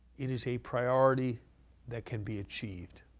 it is a priority that can be achieved.